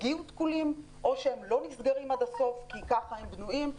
הגיעו תקולים או שהם לא נסגרים עד הסוף כי ככה הם בנויים.